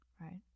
right